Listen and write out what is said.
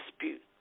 dispute